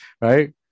Right